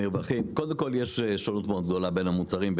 קודם כל יש שונות מאוד גדולה בין המוצרים,